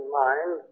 mind